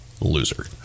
Loser